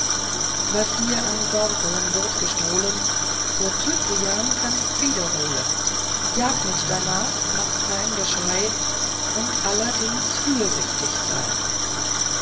was dir an gorgon wird gestohlen vor cyprian kannst's wieder holen jag nit darnach mach kein geschrei und allerdings fürsichtig sei